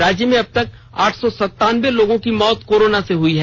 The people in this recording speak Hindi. राज्य में अब तक आठ सौ संतानबे लोगों की मौत कोरोना से हुई है